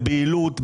בבהילות,